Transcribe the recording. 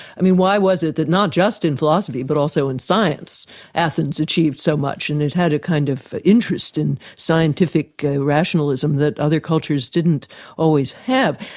i mean, why was it that not just in philosophy but also in science athens achieved so much and it had a kind of interest in scientific rationalism that other cultures didn't always have?